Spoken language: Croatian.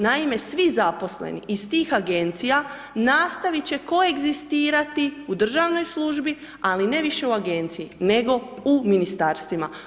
Naime, svi zaposleni iz tih agencija nastavit će koegzistirati u državnoj službi, ali ne više u agenciji, nego u ministarstvima.